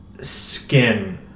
skin